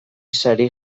sari